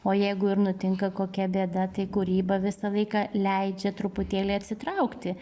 o jeigu ir nutinka kokia bėda tai kūryba visą laiką leidžia truputėlį atsitraukti